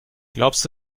glaubst